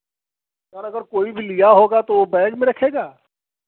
यार अगर कोइ भी लिया होगा तो बैग में रखेगा